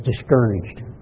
discouraged